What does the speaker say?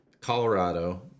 Colorado